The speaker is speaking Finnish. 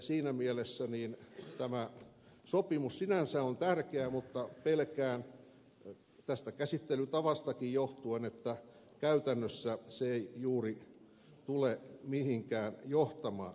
siinä mielessä tämä sopimus sinänsä on tärkeä mutta pelkään että tästä käsittelytavastakin johtuen käytännössä se ei juuri tule mihinkään johtamaan